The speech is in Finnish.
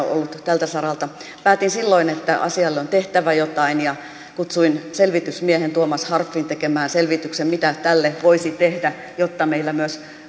tältä saralta päätin silloin että asialle on tehtävä jotain ja kutsuin selvitysmiehen tuomas harpfin tekemään selvityksen mitä tälle voisi tehdä jotta meillä myös